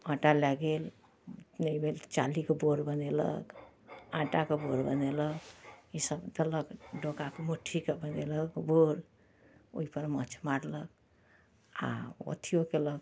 आँटा लए गेल नहि भेल तऽ चाली के बोर बनेलक आँटाके बोर बनेलक ईसब देलक डोकाके मुट्ठीके बनेलक बोर ओहि पर माँछ मारलक आ अथीयो केलक